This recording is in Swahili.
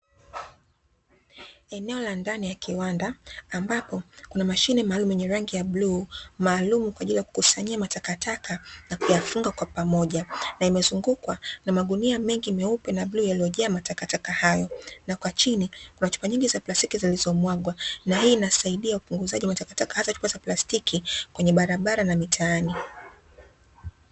Eneo la ndani ya kiwanda ambapo, kuna mashine maalumu yenye rangi ya bluu maalumu kwa ajili ya kukusanyia matakataka na kuyafunga kwa pamoja na imezungukwa na magunia mengi meupe na bluu yaliyojaa matakataka hayo na kwa chini kuna chupa nyingi za plastiki zilizomwagwa, na hii inasaidia upunguzaji wa takataka hasa chupa za plastiki kwenye barabara na mitaani.